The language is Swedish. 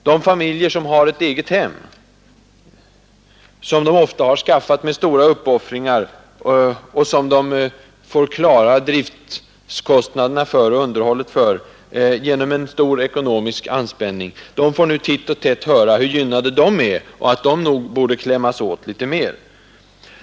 De familjer som har ett egethem, som de ofta har skaffat med stora uppoffringar och som de får klara räntor, amortering och underhåll av genom en ekonomisk anspänning, får nu titt och tätt höra hur gynnade de är och att de nog borde klämmas åt litet mer.